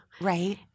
Right